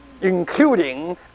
Including